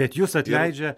bet jus atleidžia